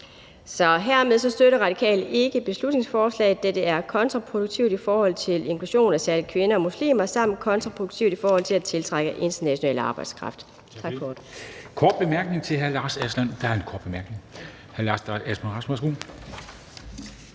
Så hermed støtter Radikale ikke beslutningsforslaget, da det er kontraproduktivt i forhold til inklusionen af særlig kvinder og muslimer og kontraproduktivt i forhold til at tiltrække international arbejdskraft.